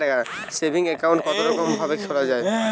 Saving account কতরকম ভাবে খোলা য়ায়?